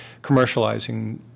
commercializing